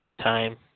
time